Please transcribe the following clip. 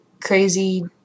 crazy